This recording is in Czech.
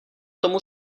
tomu